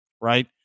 right